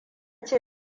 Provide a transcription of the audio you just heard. ce